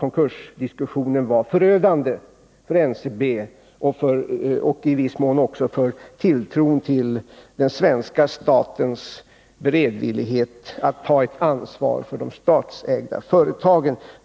Konkursdiskussionen var förödande för NCB och i viss mån också för tilltron till den svenska statens beredvillighet att ta sitt ansvar för de statsägda företagen.